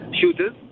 shooters